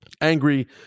angry